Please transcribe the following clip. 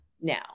now